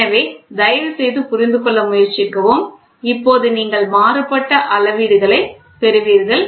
எனவே தயவுசெய்து புரிந்து கொள்ள முயற்சிக்கவும் இப்போது நீங்கள் மாறுபட்ட அளவீடுகளைப் பெறுவீர்கள்